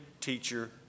teacher